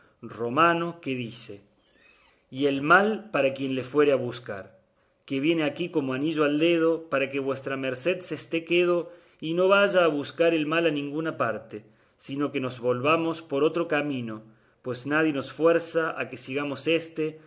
romano que dice y el mal para quien le fuere a buscar que viene aquí como anillo al dedo para que vuestra merced se esté quedo y no vaya a buscar el mal a ninguna parte sino que nos volvamos por otro camino pues nadie nos fuerza a que sigamos éste